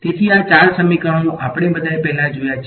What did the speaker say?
તેથી આ ચાર સમીકરણો આપણે બધાએ પહેલા જોયા છે